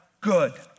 good